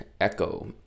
Echo